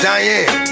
Diane